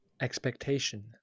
expectation